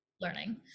learning